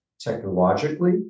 technologically